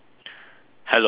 hello